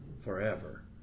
forever